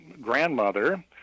grandmother